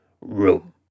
room